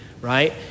Right